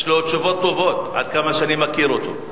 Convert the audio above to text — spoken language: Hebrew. יש לו תשובות טובות, עד כמה שאני מכיר אותו.